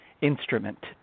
instrument